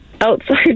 outside